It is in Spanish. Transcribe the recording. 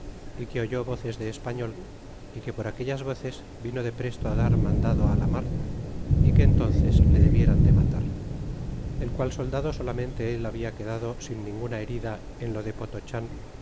y que oye voces de español y que por aquellas voces vino de presto dar mandado la mar y que entónces le debieran de matar el qual soldado solamente el habia quedado sin ninguna herida en lo de